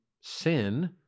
sin